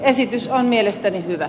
esitys on mielestäni hyvä